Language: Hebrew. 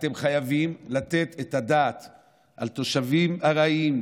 אתם חייבים לתת את הדעת על תושבים ארעיים,